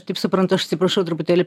taip suprantuaš atsiprašau truputėlį